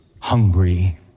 hungry